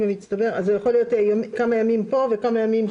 זה יכול להיות כמה ימים פה וכמה ימים שם?